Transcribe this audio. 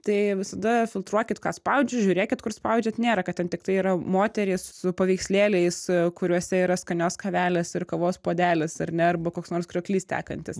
tai visada filtruokit ką spaudžiu žiūrėkit kur spaudžiant nėra kad ten tiktai yra moterys su paveikslėliais kuriuose yra skanios kavelės ir kavos puodelis ar ne arba koks nors krioklys tekantis